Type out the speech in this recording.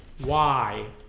why